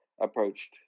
approached